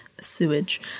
sewage